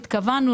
התכוונו,